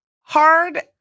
hard